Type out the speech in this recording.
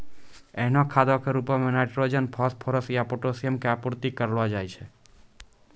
एहनो खादो के रुपो मे नाइट्रोजन, फास्फोरस या पोटाशियम के आपूर्ति करलो जाय छै